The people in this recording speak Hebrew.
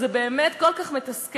זה באמת כל כך מתסכל,